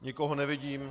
Nikoho nevidím.